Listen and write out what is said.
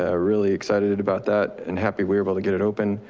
ah really excited about that and happy we were able to get it open.